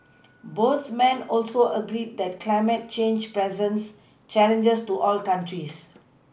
both men also agreed that climate change presents challenges to all countries